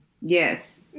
Yes